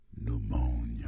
pneumonia